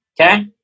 Okay